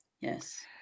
Yes